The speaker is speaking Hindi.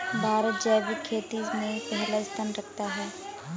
भारत जैविक खेती में पहला स्थान रखता है